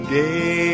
day